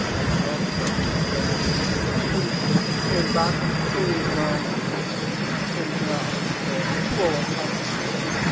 at at oxford. and came came back to brown to and came into my office for a two hour conversation